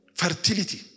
fertility